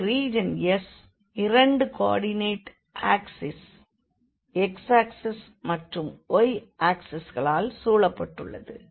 இங்கு region s இரண்டு coordinate axes x axis மாற்றும் y axis களால் சூழப்பட்டுள்ளது